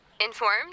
informed